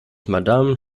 madame